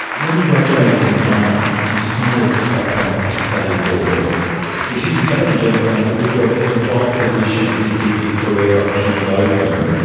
when you graduated in science you decided at that point to study law, and you told a journalist once that this was a default position to keep your career options open.